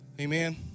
Amen